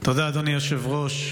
תודה, אדוני היושב-ראש.